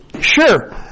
Sure